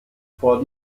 vor